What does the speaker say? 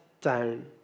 down